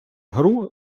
гру